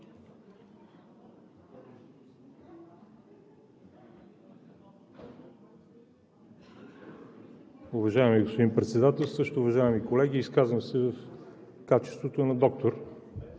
Уважаеми господин Председателстващ, уважаеми колеги! Изказвам се в качеството на доктор,